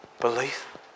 Belief